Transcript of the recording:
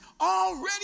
already